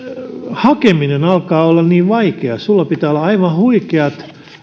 hakeminen alkaa olla niin vaikeaa sinulla pitää olla aivan huikeat